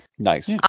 nice